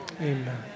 Amen